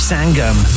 Sangam